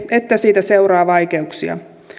että siitä seuraa vaikeuksia